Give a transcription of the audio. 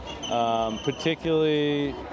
Particularly